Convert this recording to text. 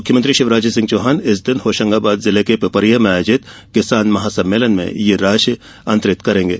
मुख्यमंत्री शिवराज सिंह चौहान इस दिन होशंगाबाद जिले के पिपरिया में आयोजित किसान महासम्मेलन में यह राशि अंतरित करेंगे